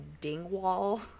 Dingwall